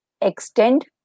extend